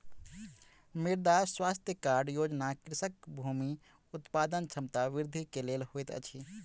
मृदा स्वास्थ्य कार्ड योजना कृषकक भूमि उत्पादन क्षमता वृद्धि के लेल होइत अछि